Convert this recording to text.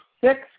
six